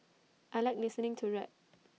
I Like listening to rap